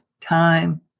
time